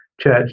church